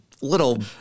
little